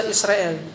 Israel